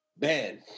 Man